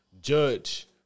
judge